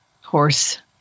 horse